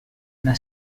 una